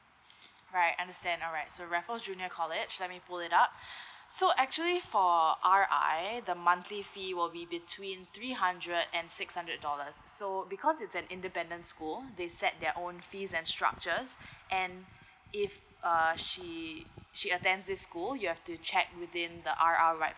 right understand alright so raffles junior college let me pull it up so actually for R_I the monthly fee will be between three hundred and six hundred dollars so because it's an independent school they set their own fees and structures and if err she she attends this school you have to check within R_R right